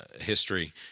history